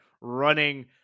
running